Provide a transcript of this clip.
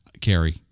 Carrie